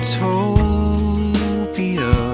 Utopia